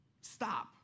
stop